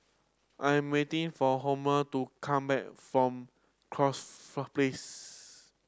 I'm waiting for Homer to come back from Corfe Place